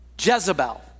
Jezebel